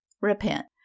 Repent